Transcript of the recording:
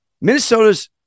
Minnesota's